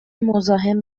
مزاحم